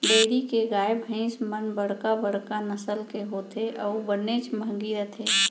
dairy के गाय भईंस मन बड़का बड़का नसल के होथे अउ बनेच महंगी रथें